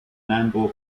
nambour